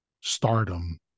stardom